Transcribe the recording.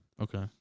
Okay